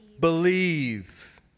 believe